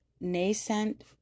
nascent